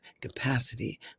capacity